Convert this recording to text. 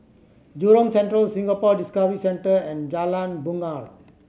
Jurong Central Singapore Discovery Centre and Jalan Bungar